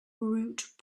route